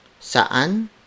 Saan